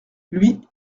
lui